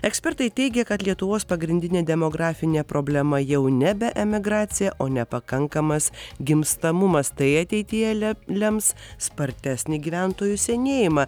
ekspertai teigia kad lietuvos pagrindinė demografinė problema jau nebe emigracija o nepakankamas gimstamumas tai ateityje lem lems spartesnį gyventojų senėjimą